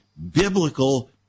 biblical